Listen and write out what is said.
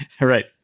Right